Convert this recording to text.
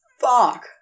fuck